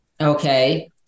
okay